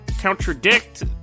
contradict